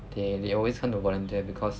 they they always come to volunteer because